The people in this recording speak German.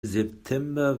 september